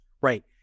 right